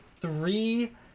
three